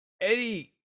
eddie